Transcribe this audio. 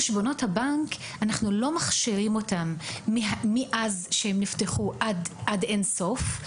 ואנחנו לא מכשירים את חשבונות הבנק מאז שנפתחו עד אין סוף,